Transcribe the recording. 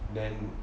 then